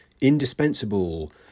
indispensable